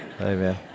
Amen